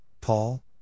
Paul